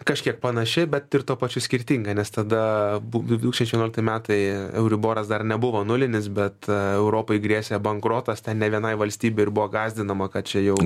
kažkiek panašiai bet ir tuo pačiu skirtinga nes tada bu du tūkstančiai vienuolikti metai euriboras dar nebuvo nulinis bet europai grėsė bankrotas ne vienai valstybei ir buvo gąsdinama kad čia jau